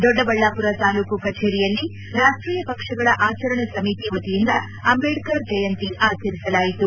ದೊಡ್ಡಬಳ್ಳಾಪುರ ತಾಲ್ಲೂಕು ಕಛೇರಿಯಲ್ಲಿ ರಾಷ್ವೀಯ ಹಬ್ಬಗಳ ಆಚರಣ ಸಮಿತಿ ವತಿಯಿಂದ ಅಂಬೇಡ್ಕರ್ ಜಯಂತಿ ಆಚರಿಸಲಾಯಿತು